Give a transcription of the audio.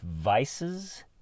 vices